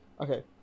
Okay